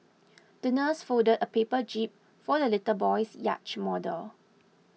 the nurse folded a paper jib for the little boy's yacht model